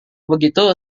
begitu